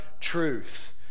truth